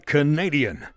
Canadian